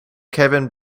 kevin